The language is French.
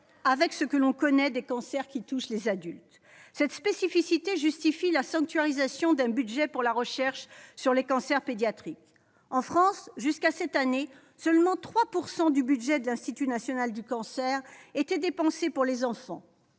avec ce que l'on connaît des cancers qui touchent les adultes. Cette spécificité justifie la sanctuarisation d'un budget pour la recherche sur les cancers pédiatriques. En France, jusqu'à cette année, seulement 3 % du budget de l'INCa étaient dépensés pour les enfants.